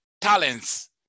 talents